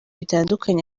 bitandukanye